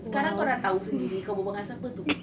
sekarang kau dah tahu sendiri kau berbual dengan siapa tu